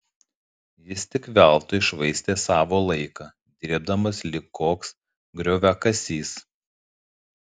jis tik veltui švaistė savo laiką dirbdamas lyg koks grioviakasys